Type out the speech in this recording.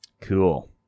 cool